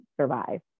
survive